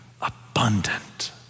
abundant